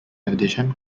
edition